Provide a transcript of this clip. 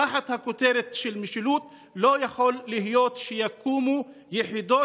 תחת הכותרת של "משילות" לא יכול להיות שיקומו יחידות